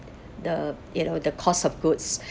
the the you know the cost of goods